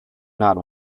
not